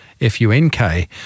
F-U-N-K